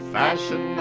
fashion